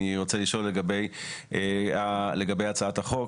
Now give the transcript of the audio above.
אני רוצה לשאול לגבי הצעת החוק,